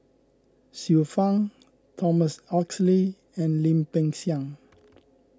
Xiu Fang Thomas Oxley and Lim Peng Siang